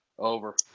over